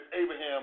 Abraham